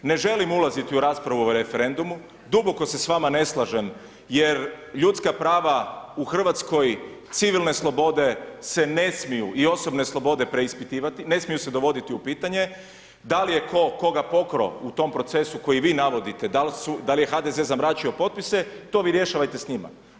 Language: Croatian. Ne želim ulaziti u raspravu o referendumu, duboko se s vama ne slažem, jer ljudska prava u Hrvatskoj, civilne slobode se ne smiju i osobne slobode preispitivati, ne smiju se dovoditi u pitanje, da li je tko koga pokrao u tom procesu koji vi navodite, da li je HDZ zamračio potpise, to vi rješavajte s njima.